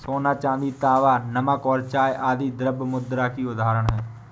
सोना, चांदी, तांबा, नमक और चाय आदि द्रव्य मुद्रा की उदाहरण हैं